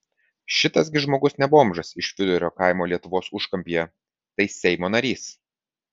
šitas gi žmogus ne bomžas iš vidurio kaimo lietuvos užkampyje tai seimo narys